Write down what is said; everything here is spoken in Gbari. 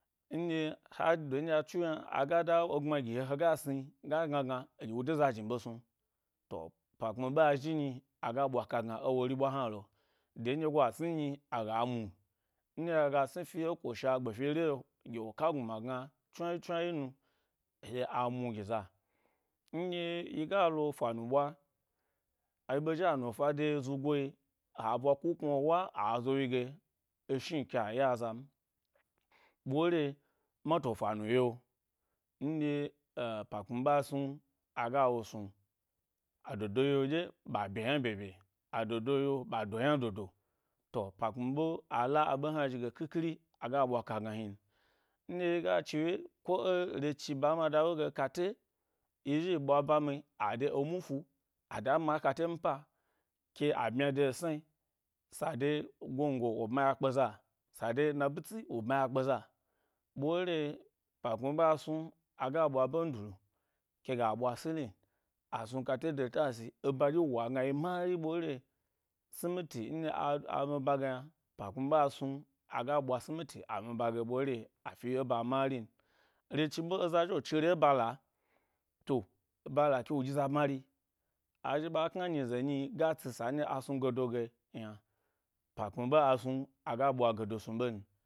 Nɗye har do ndye tsu yna, aga da egbma gi he, hega sni ga gna gna eɗye wo de za zhni ɓe snu, to, pa kpmi ɓa zhi nyi, aga ɓwa ka gna e wori ɓwa hna lo, de nɗye go a sni nyi-aga mu nɗye aga sni fi e kwashe gbe fyere’o ɗye wok a gnuma gna chnuawyi chnua wyi nu eɗye a mu gi za. Nɗye-yiga lo ‘fa nu ɓwa a-ɓe zhia nufa de, zugoe a bwa ku knu’o wa azo wyi ge, e shni ke a ye azam ɓore, mator fanu yi’ o nɗye a-pa kpmi ɓa a snu aga wo snu, adodo yi’o ɗye ɓa bye yna bye bye adodo yi’o ɓa do yna do do, to, ‘pa kpmi ɓe a la a ɓe hna zhi ge қhiқhiri aga ɓwa ka gna hnin. Nɗye yi chiwye, ko e, re chi ba ma da ɓe ge kate yi zhi yi ɓwa ‘ba mi ade emu fu ada ma ẻ kate mpa ke a ɓmya de e snae sade gongo wo bma ya kpe za, sa de nabitsi, wo bma ya kpe za, ɓore, ‘pa kpmi a snu aga ɓwa ɓendulu keg a ɓwa silin asnu kate de taisi bodye wa gnayi mari ɓore, simiti nyɗe a a mi ba ge yna ‘pa kpmi ɓe snu aga ɓwa simit la miba ge ɓore afi eba marin re chi ɓe eza zhi wo cire e bala to, bala ke wo ɗyiza bmari azhi ɓa kna nyize nyi ga tsi sa-nɗye a snu gedo ge yna, pa kpmi ɓa snu a ga ɓwa godo snu ɓen.